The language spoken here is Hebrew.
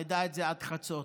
נדע את זה עד חצות,